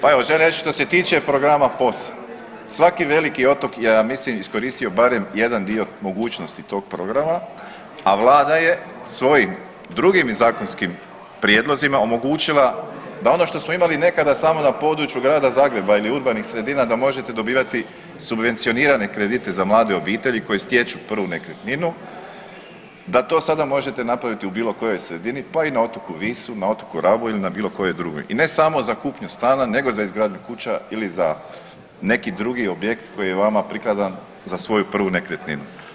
Pa evo želim reći što se tiče programa POS-a, svaki veliki otok ja mislim je iskoristio barem jedan dio mogućnosti tog programa a Vlada je svojim drugim zakonskim prijedlozima omogućila da ono što smo imali nekada samo na području grada Zagreba ili urbanih sredina, da možete dobivati subvencionirane kredite za mlade obitelji koje stječu prvu nekretninu, da to sada možete napraviti u bilokojoj sredini, pa i na otoku Visu, na otoku Rabu ili na bilokojoj drugoj i ne samo za kupnju stana, nego za izgradnju kuća ili za neki drugi objekt koji je vama prikladan za svoju prvu nekretninu.